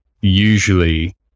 usually